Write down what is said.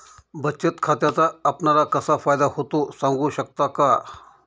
बचत खात्याचा आपणाला कसा फायदा होतो? सांगू शकता का?